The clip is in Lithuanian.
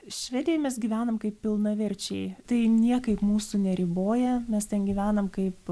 švedijoj mes gyvenam kaip pilnaverčiai tai niekaip mūsų neriboja mes ten gyvenam kaip